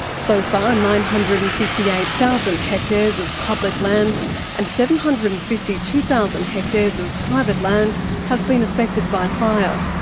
so far, and nine hundred and fifty eight thousand hectares of public lands and seven hundred and fifty two thousand hectares of private lands have been affected by fire.